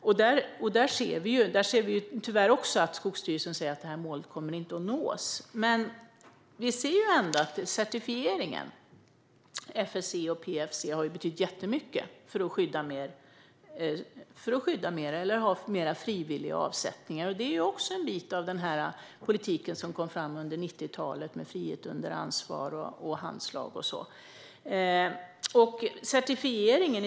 Skogsstyrelsen säger tyvärr att detta mål inte kommer att nås, men vi ser ändå att certifieringen - FSC och PEFC - har betytt jättemycket för att skydda mer och för att få mer frivillig avsättning. Det är också en bit av den politik som kom fram under 90-talet, med frihet under ansvar, handslag och så vidare.